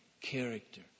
character